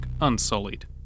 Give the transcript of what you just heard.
unsullied